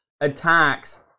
attacks